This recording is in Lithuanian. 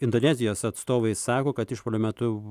indonezijos atstovai sako kad išpuolio metu